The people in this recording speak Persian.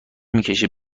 میکشه